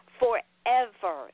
forever